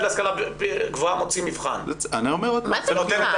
להשכלה גבוהה מוציא מבחן --- מה זה מבחן?